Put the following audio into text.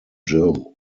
joe